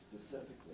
specifically